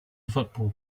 football